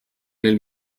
nel